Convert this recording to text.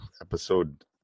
episode